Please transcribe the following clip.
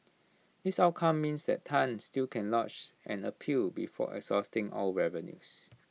this outcome means that Tan still can lodge an appeal before exhausting all avenues